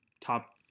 top